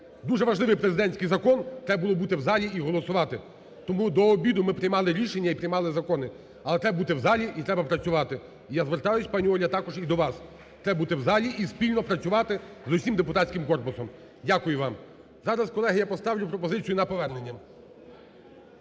дуже важливий президентський закон – треба було буту в залі і голосувати тому до обіду ми приймали рішення і приймали закони, але треба бути в залі і треба працювати. І я звертаюсь, пані Оля, також і до вас, треба бути в залі і спільно працювати з усім депутатським корпусом. Дякую вам. Зараз, колеги, я поставлю пропозицію на повернення.